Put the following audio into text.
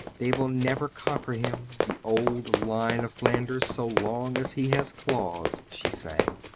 they will never conquer him, the old lion of flanders, so long as he has claws! she sang,